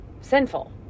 sinful